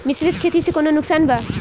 मिश्रित खेती से कौनो नुकसान बा?